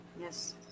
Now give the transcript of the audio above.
yes